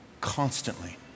constantly